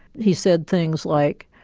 he said things like,